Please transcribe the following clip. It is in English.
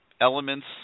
elements